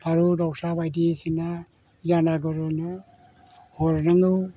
फारौ दाउसा बायदिसिना जानागुरुनो हरनांगौ